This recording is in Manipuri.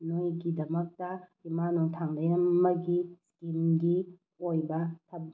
ꯅꯣꯏꯒꯤꯗꯃꯛꯇ ꯏꯃꯥ ꯅꯣꯡꯊꯥꯡꯂꯩꯃꯒꯤ ꯏꯁꯀꯤꯝꯒꯤ ꯑꯣꯏꯕ